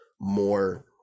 more